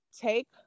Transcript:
take